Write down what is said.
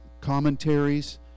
commentaries